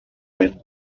when